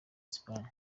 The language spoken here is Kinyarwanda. espagne